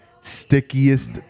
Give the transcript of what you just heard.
stickiest